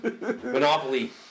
Monopoly